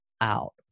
out